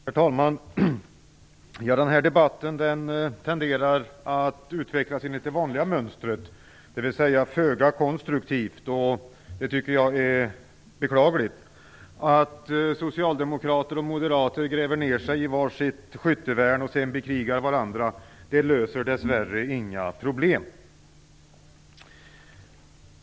Herr talman! Denna debatt tenderar att utvecklas enligt det vanliga mönstret, dvs. föga konstruktivt. Det tycker jag är beklagligt. Att socialdemokrater och moderater gräver ned sig i var sitt skyttevärn och sedan bekrigar varandra löser dess värre inga problem.